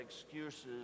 excuses